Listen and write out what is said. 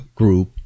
group